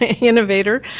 innovator